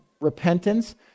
repentance